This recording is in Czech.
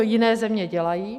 Jiné země to dělají.